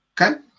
Okay